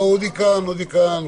אודי כאן.